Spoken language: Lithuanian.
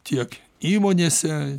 tiek įmonėse